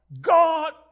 God